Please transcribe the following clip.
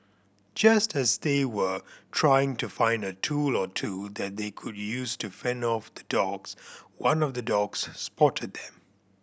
just as they were trying to find a tool or two that they could use to fend off the dogs one of the dogs spotted them